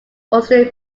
austin